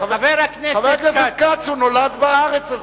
חבר הכנסת כץ, הוא נולד בארץ.